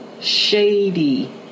Shady